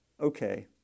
Okay